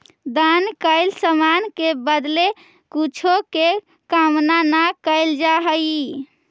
दान कैल समान के बदले कुछो के कामना न कैल जा हई